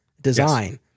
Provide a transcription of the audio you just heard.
design